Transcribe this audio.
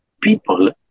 people